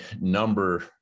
number